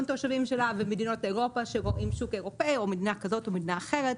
התושבים שלה ומדינת אירופה שרואים שוק אירופי או מדינה כזאת או מדינה אחרת.